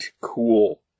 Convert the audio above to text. cool